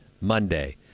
Monday